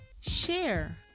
share